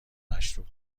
مشروب